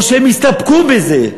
או שהם יסתפקו בזה,